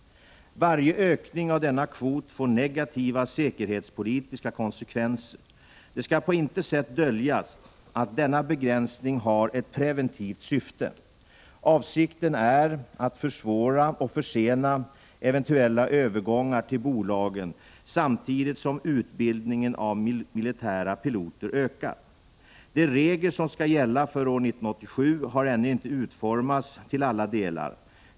Varje ökning av denna kvot får negativa säkerhetspolitiska konsekvenser. Det skall på intet sätt döljas att denna begränsning har ett preventivt syfte. Avsikten är att försvåra och försena eventuella övergångar till bolagen samtidigt som utbildningen av militära piloter ökar. De regler som skall gälla för år 1987 har ännu inte utformats till alla delar.